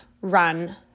run